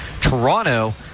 Toronto